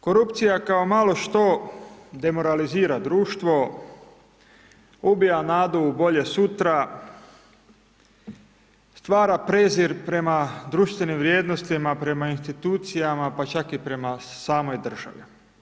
Korupcija kao malo što demoralizira društvo, ubija nadu u bolje sutra, stvara prezir prema društvenim vrijednostima, prema institucijama pa čak i prema samoj državi.